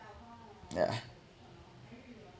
yeah